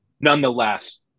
Nonetheless